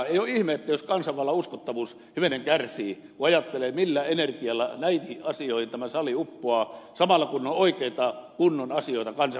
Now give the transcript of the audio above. ei ole ihme jos kansanvallan uskottavuus hivenen kärsii kun ajattelee millä energialla näihin asioihin tämä sali uppoaa samalla kun on oikeita kunnon asioita kansakunnalle tehtävänä